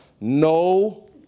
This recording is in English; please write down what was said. No